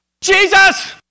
Jesus